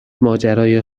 ماجرای